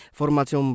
formacją